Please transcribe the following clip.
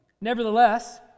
Nevertheless